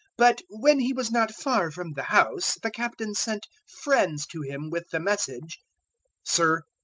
but when he was not far from the house, the captain sent friends to him with the message sir,